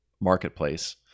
marketplace